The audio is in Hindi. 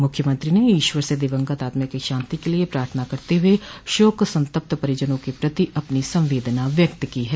मुख्यमंत्री ने ईश्वर से दिवंगत आत्मा की शान्ति के लिए प्रार्थना करते हुए शोक संतप्त परिजनों के प्रति अपनी संवेदना व्यक्त की है